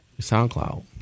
SoundCloud